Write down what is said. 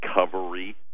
recovery